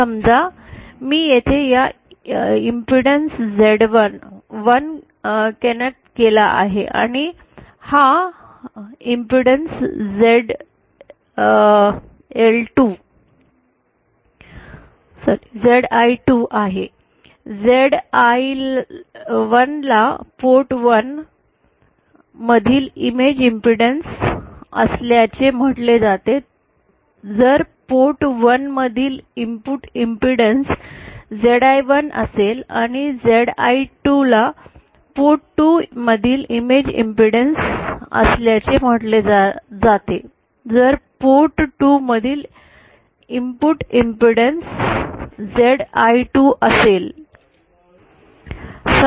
समजा मी येथे एक इम्पीडैन्स ZI 1 कनेक्ट केला आहे आणि हा इम्पीडैन्स ZI 2 आहे ZI1 ला पोर्ट 1 मधील इमेज इम्पीडैन्स असल्याचे म्हटले जाते जर पोर्ट 1 मधील इनपुट इम्पीडैन्स ZI 1 असेल आणि ZI2 ला पोर्ट 2 मधील इमेज इम्पीडैन्स असल्याचे म्हटले जाते जर पोर्ट 2 मधील इनपुट इम्पीडैन्स ZI 2 असेल